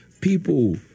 people